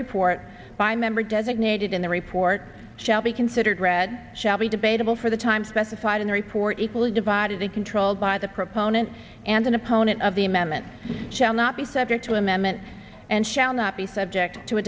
report by member designated in the report shall be considered read shall be debatable for the time specified in the report equally divided the controlled by the proponent and an opponent of the amendment shall not be subject to amendment and shall not be subject to a